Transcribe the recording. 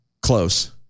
Close